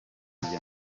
gukora